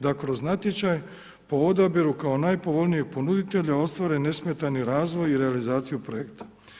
da kroz natječaj po odabiru kao najpovoljnijeg ponuditelja ostvare nesmetani razvoj i realizaciju projekta.